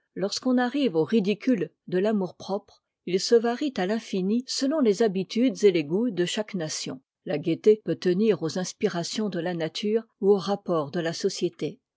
lorsqu'on arrive aux ridicules de l'amour-propre ils se varient à l'infini selon les habitudes et les goûts de chaque nation la gaieté peut tenir aux inspirations de la nature ou aux rapports de la société